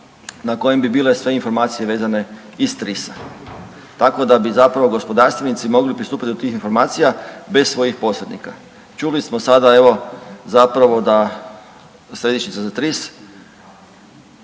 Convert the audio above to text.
na kojem bi bile sve informacije vezane iz TRIS-a. Tako da bi zapravo gospodarstvenici mogli pristupiti do tih informacija bez svojih posrednika. Čuli smo sada evo zapravo da središnjica za TRIS